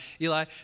Eli